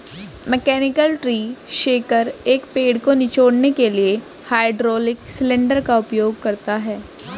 mechanical tree shaker, एक पेड़ को निचोड़ने के लिए हाइड्रोलिक सिलेंडर का उपयोग करता है